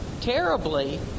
terribly